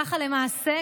ככה למעשה,